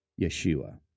Yeshua